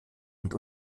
und